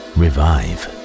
revive